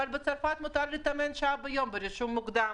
אבל בצרפת מותר להתאמן שעה ביום ברישום מוקדם.